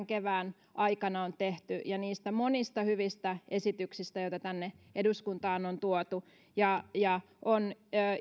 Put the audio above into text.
kevään aikana on tehty ja niistä monista hyvistä esityksistä joita tänne eduskuntaan on tuotu on